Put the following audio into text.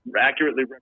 accurately